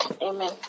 amen